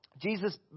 Jesus